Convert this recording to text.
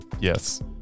yes